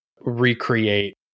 recreate